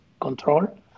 Control